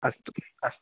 अस्तु अस्तु